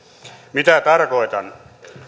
mitä tarkoitan